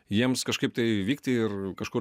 jiems kažkaip tai vykti ir kažkur